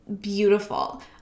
beautiful